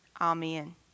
Amen